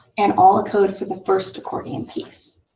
and all the code for the first accordion piece,